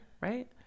right